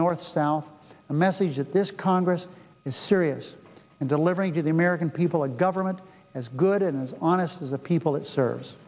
north south a message that this congress is serious and delivering to the american people a government as good and honest as the people it serves